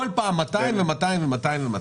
בכל פעם 200, 200 ו-200.